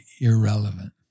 irrelevant